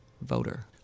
voter